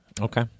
Okay